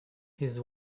his